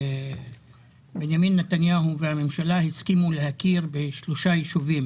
בנימין נתניהו והממשלה הסכימו להכיר בשלושה יישובים